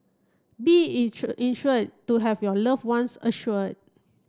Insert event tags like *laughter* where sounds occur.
be *unintelligible* insured to have your loved ones assured